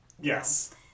Yes